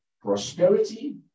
prosperity